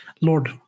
lord